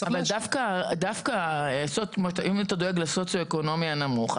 צריך --- אם אתה דואג לסוציו-אקונומי הנמוך,